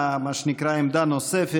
לגבי שאלות נוספות,